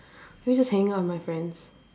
maybe just hanging out with my friends